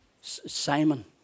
Simon